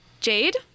Jade